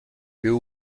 bill